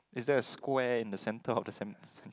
is that a square in the centre of the cen~ cen~